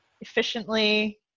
efficiently